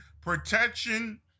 protection